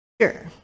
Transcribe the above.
Sure